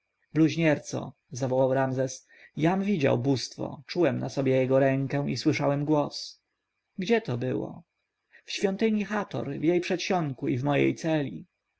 nigdy bluźnierco zawołał ramzes jam widział bóstwo czułem na sobie jego rękę i słyszałem głos gdzie to było w świątyni hator w jej przedsionku i w mojej celi